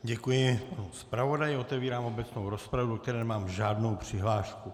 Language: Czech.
Děkuji zpravodaji a otevírám obecnou rozpravu, do které nemám žádnou přihlášku.